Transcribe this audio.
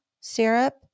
syrup